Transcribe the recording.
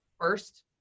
First